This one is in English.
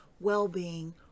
well-being